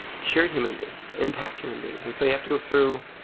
cure human beings, impact human beings. and so we have to go through